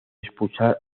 expulsar